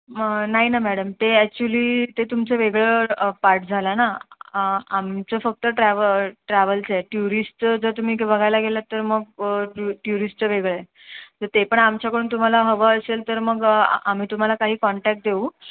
नाही ना मॅडम ते ॲक्च्युली ते तुमचं वेगळं पार्ट झालं ना आमचं फक्त ट्रॅव ट्रॅव्हल्सचं आहे ट्युरिस्ट जर तुम्ही बघायला गेलं तर मग टू ट्युरिस्टचं वेगळं आहे तर ते पण आमच्याकडून तुम्हाला हवं असेल तर मग आम्ही तुम्हाला काही कॉन्टॅक्ट देऊ